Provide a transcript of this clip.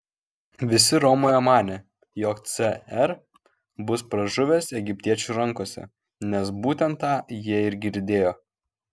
visi romoje manė jog cr bus pražuvęs egiptiečių rankose nes būtent tą jie ir girdėjo